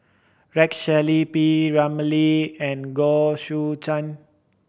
Rex Shelley P Ramlee and Goh Choo San